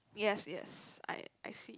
yes yes I I see